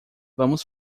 vamos